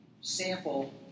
sample